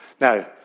Now